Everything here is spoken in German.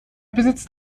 besitzt